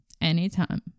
anytime